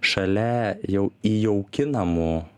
šalia jau įjaukinamų